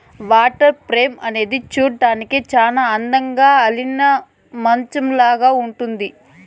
water frame అనేది చూడ్డానికి చానా అందంగా అల్లిన మంచాలాగా ఉంటుంది